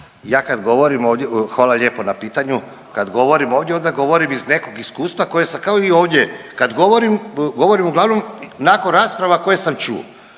Ja kad govorim ovdje, hvala lijepo na pitanju. Kad govorim ovdje onda govorim iz nekog iskustva koje sam kao i ovdje, kad govorim, govorim uglavnom nakon rasprava koje sam čuo.